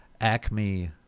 Acme